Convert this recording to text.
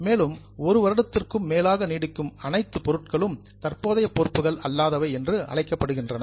மேலும் ஒரு வருடத்திற்கும் மேலாக நீடிக்கும் அனைத்து பொருட்களும் தற்போதைய பொறுப்புகள் அல்லாதவை என அழைக்கப்படுகின்றன